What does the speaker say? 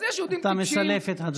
אז יש יהודים טיפשים, אתה מסלף את הדברים.